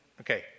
Okay